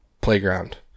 playground